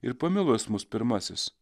ir pamilo jis mus pirmasis